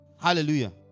Hallelujah